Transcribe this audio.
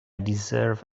deserve